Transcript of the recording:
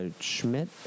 Schmidt